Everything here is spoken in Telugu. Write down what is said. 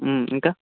ఇంకా